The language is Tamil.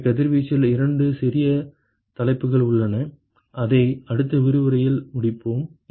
எனவே கதிர்வீச்சில் இரண்டு சிறிய தலைப்புகள் உள்ளன அதை அடுத்த விரிவுரையில் முடிப்போம்